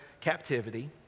captivity